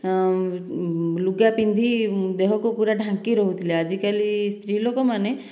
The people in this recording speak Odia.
ଲୁଗା ପିନ୍ଧି ଦେହକୁ ପୁରା ଢାଙ୍କି ରହୁଥିଲେ ଆଜିକାଲି ସ୍ତ୍ରୀ ଲୋକମାନେ